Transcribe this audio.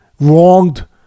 wronged